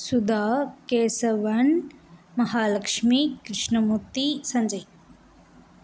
Sudha Kesavan Mahalakshmi Krishna Murthy Sanjay